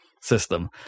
system